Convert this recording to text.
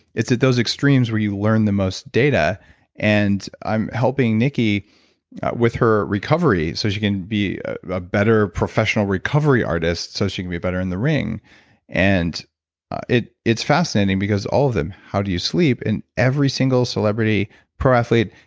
it's at those extremes where you learn the most data and i'm helping nikki with her recovery, so she can be a better professional recovery artist so she can be better in the ring and it's fascinating because all of them, how do you sleep? and every single celebrity pro athlete,